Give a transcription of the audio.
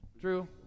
Drew